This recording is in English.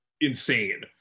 insane